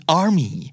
army